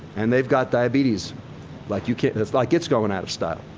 and they've got diabetes like you know like it's going out of style.